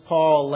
Paul